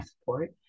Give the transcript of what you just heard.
support